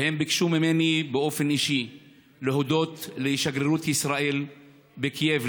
והם ביקשו ממני באופן אישי להודות לשגרירות ישראל בקייב,